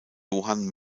johann